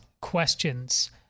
questions